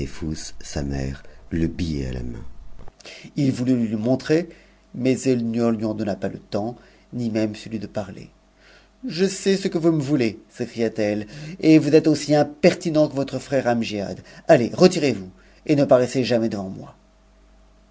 sa mërc le billet à la main il voulut le lui montrer maiselle ne lui en douna pas le temps ni même celui de parler je sais ce que vous me voulez spcria t etie et vous êtes aussi impertinent que votre frère amgiad anex retirez-vous et ne paraissez jamais devant moi